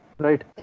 Right